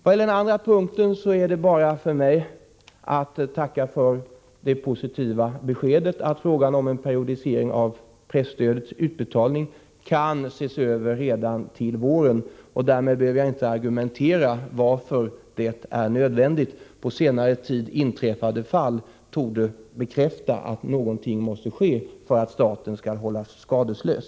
På den andra punkten är det bara för mig att tacka för det positiva beskedet, att frågan om en periodisering av presstödets utbetalning kan ses över redan till våren. Därmed behöver jag inte argumentera om varför det är nödvändigt. På senare tid inträffade fall torde bekräfta att någonting måste ske för att staten skall hållas skadeslös.